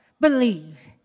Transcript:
believes